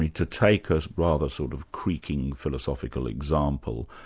to take a rather sort of creaking philosophical example,